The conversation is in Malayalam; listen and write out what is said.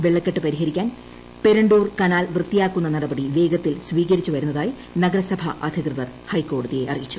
വെള്ളക്കെട്ട് പരിഹരിക്കാൻ പേരണ്ടൂർ കനാൽ വൃത്തിയാക്കുന്ന നടപടി വേഗത്തിൽ സ്വീകരിച്ചുവരുന്നതായി നഗരസഭാ അധികൃതർ ഹൈക്കോടതിയെ അറിയിച്ചു